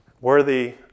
worthy